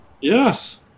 Yes